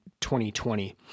2020